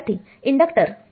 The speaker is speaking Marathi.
विद्यार्थी इंडक्टर